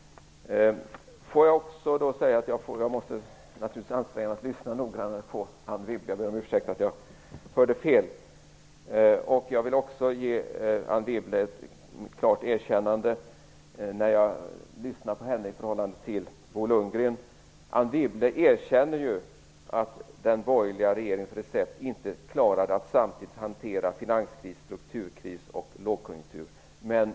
Jag måste naturligtvis anstränga mig för att lyssna noggrannare på Anne Wibble. Jag ber om ursäkt för att jag hörde fel. Jag vill också ge Anne Wibble ett klart erkännande när jag lyssnar på henne i förhållande till Bo Lundgren. Anne Wibble erkänner ju att den borgerliga regeringens recept inte klarade att samtidigt hantera finanskris, strukturkris och lågkonjunktur.